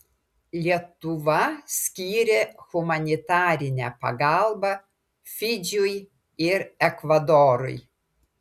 lietuva skyrė humanitarinę pagalbą fidžiui ir ekvadorui